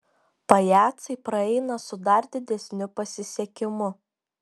pajacai praeina su dar didesniu pasisekimu